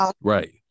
Right